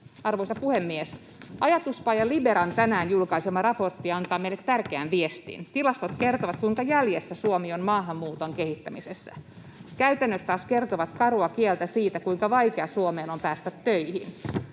Arvoisa puhemies! Ajatuspaja Liberan tänään julkaisema raportti antaa meille tärkeän viestin. Tilastot kertovat, kuinka jäljessä Suomi on maahanmuuton kehittämisessä. Käytännöt taas kertovat karua kieltä siitä, kuinka vaikea Suomeen on päästä töihin.